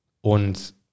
Und